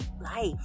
life